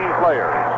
players